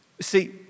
See